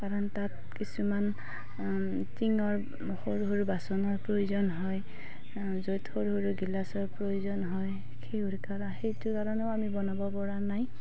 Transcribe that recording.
কাৰণ তাত কিছুমান টিনৰ সৰু সৰু বাচনৰ প্ৰয়োজন হয় য'ত সৰু সৰু গিলাচৰ প্ৰয়োজন হয় সেউৰ কৰা সেইটো কাৰণেও আমি বনাব পৰা নাই